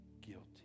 guilty